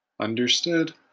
Understood